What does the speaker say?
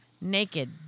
naked